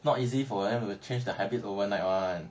not easy for them to change the habit overnight [one]